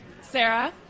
Sarah